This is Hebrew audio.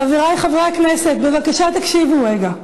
חברי חברי הכנסת, בבקשה תקשיבו רגע.